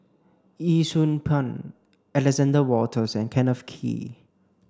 Yee Siew Pun Alexander Wolters and Kenneth Kee